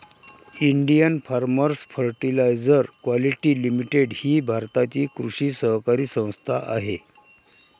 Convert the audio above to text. Indian Farmers Fertiliser Quality Limited ही भारताची कृषी सहकारी संस्था आहे